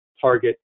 target